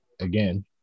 again